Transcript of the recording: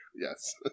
Yes